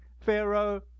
Pharaoh